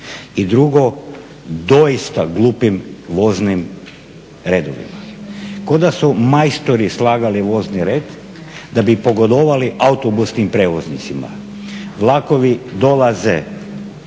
I drugo, doista glupim voznim redovima, ko' da su majstori slagali vozni red da bi pogodovali autobusnim prijevoznicima. Vlakovi dolaze